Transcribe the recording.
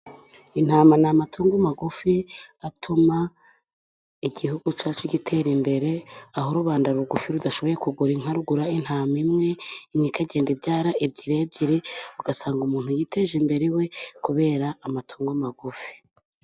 Intama n'amatungo magufi, atuma igihugu cacu gitera imbere, aho rubanda rugufi, rudashoboye kugura inka, rugura intama imwe, imwe ikagenda ibyara ebyiri ebyiri, ugasanga umuntu yiteje imbere iwe, kubera amatungo magufi.